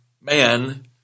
man